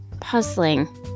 Puzzling